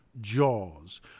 Jaws